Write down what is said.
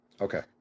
Okay